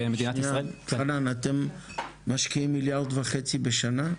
שניה, חנן, אתם משקיעים מיליארד וחצי בשנה?